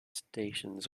stations